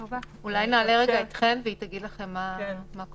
אולי נעלה רגע את חן, שתוכל להגיד לכם מה קורה.